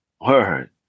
Word